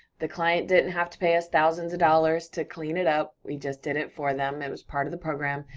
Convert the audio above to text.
the client didn't have to pay us thousands of dollars to clean it up, we just did it for them, it was part of the program.